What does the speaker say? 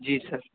جی سر